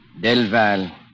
Delval